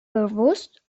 bewusst